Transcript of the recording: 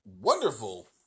wonderful